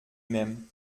même